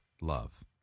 love